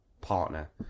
partner